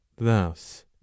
thus